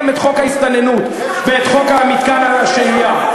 את חוק ההסתננות ואת חוק מתקן השהייה.